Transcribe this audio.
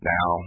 Now